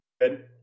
good